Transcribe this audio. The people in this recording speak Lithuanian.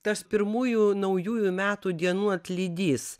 tas pirmųjų naujųjų metų dienų atlydys